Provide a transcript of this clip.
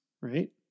right